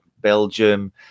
belgium